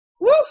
woo